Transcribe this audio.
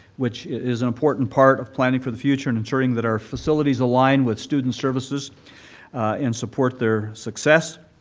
which is an important part of planning for the future and ensuring that our facilities align with student services and support their success.